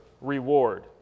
reward